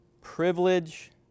privilege